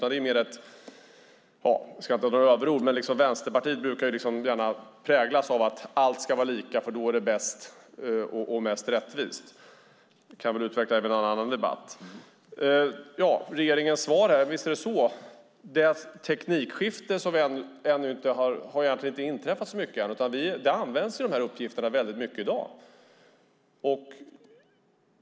Jag ska inte ta till några överord. Men Vänsterpartiet brukar gärna präglas av att allt ska vara lika, för då är det bäst och mest rättvist. Jag kan utveckla det i någon annan debatt. Visst är det så som står i regeringens svar. Det teknikskiftet har ännu inte inträffat. Dessa uppgifter används väldigt mycket i dag.